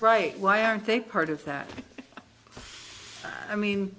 right why aren't they part of that i mean